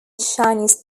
chinese